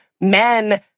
men